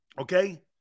Okay